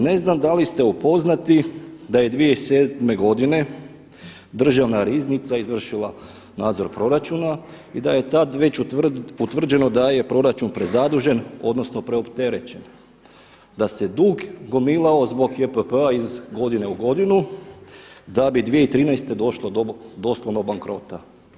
Ne znam da li ste upoznati da je 2007. godine Državna riznica izvršila nadzor proračuna i da je tada već utvrđeno da je proračun prezadužen odnosno preopterećen, da se dug gomilao zbog JPP-a iz godine u godinu da bi 2013. došlo do doslovno bankrota.